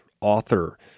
author